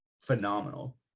phenomenal